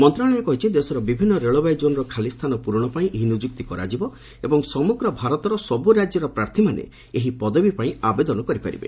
ମନ୍ତ୍ରଣାଳୟ କହିଛି ଦେଶର ବିଭିନ୍ନ ରେଳବାଇ ଜୋନ୍ର ଖାଲିସ୍ଥାନ ପ୍ରରଣ ପାଇଁ ଏହି ନିଯୁକ୍ତି କରାଯିବ ଏବଂ ସମଗ୍ର ଭାରତର ସବୁ ରାଜ୍ୟର ପ୍ରାର୍ଥୀମାନେ ଏହି ପଦବୀ ପାଇଁ ଆବେଦନ କରିପାରିବେ